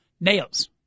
Nails